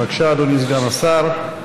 בבקשה, אדוני סגן השר.